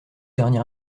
dernier